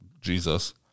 Jesus